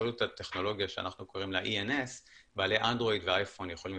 באמצעות הטכנולוגיה שאנחנו קוראים לה ENS בעלי אנדרואיד ואייפון יכולים